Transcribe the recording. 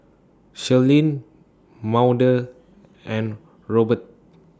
Shirleen Maude and Rober